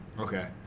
Okay